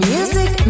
Music